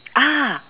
ah